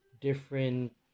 different